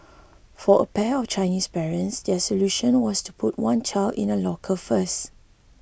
for a pair of Chinese parents their solution was to put one child in a locker first